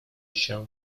się